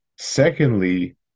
Secondly